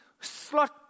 slot